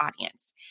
audience